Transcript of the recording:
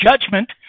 judgment